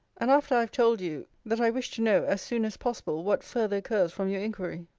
and after i have told you, that i wish to know, as soon as possible what further occurs from your inquiry.